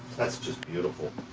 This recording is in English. that's just beautiful.